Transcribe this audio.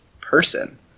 person